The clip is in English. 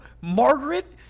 Margaret